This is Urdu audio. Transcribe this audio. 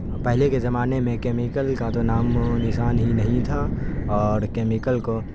پہلے کے زمانے میں کیمیکل کا تو نام و نشان ہی نہیں تھا اور کیمیکل کو